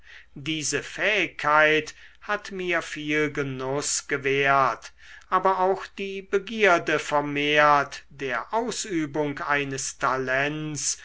diese fähigkeit hat mir viel genuß gewährt aber auch die begierde vermehrt der ausübung eines talents